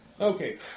Okay